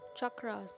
chakras